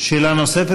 שאלה נוספת